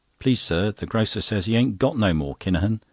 please, sir, the grocer says he ain't got no more kinahan,